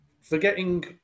forgetting